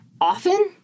often